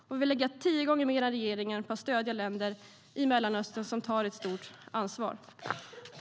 Och vi vill lägga tio gånger mer än regeringen på att stödja länder i Mellanöstern som tar ett stort ansvar.